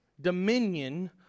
dominion